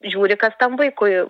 žiūri kas tam vaikui